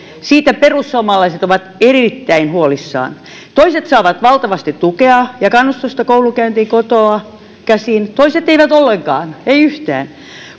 siitä perussuomalaiset ovat erittäin huolissaan toiset saavat valtavasti tukea ja kannustusta koulunkäyntiin kotoa käsin toiset eivät ollenkaan eivät yhtään